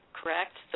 correct